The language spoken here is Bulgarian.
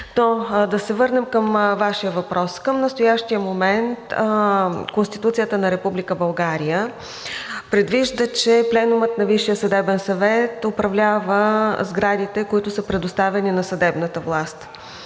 Да се върнем към Вашия въпрос. Към настоящия момент Конституцията на Република България предвижда, че Пленумът на Висшия съдебен съвет управлява сградите, които са предоставени на съдебната власт.